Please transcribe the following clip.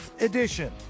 edition